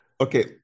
okay